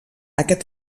aquest